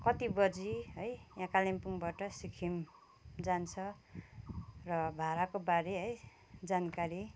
कति बजी है यहाँ कालिम्पोङबाट सिक्किम जान्छ र भाडाकोबारे है जानकारी